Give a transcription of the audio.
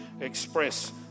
express